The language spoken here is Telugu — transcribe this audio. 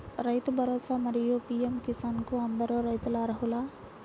రైతు భరోసా, మరియు పీ.ఎం కిసాన్ కు అందరు రైతులు అర్హులా?